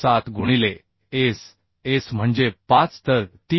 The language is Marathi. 7 गुणिले S S म्हणजे 5 तर 3